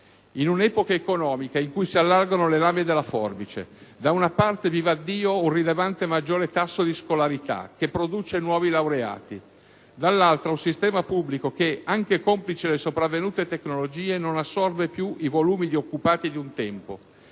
in un'epoca economica in cui si allargano le lame della forbice: da una parte - vivaddio! - un rilevante maggiore tasso di scolarità che produce nuovi laureati, dall'altra un sistema pubblico che, anche complici le sopravvenute tecnologie, non assorbe più i volumi di occupati di un tempo